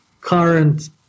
current